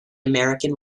american